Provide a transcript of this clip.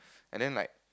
and then like